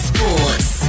Sports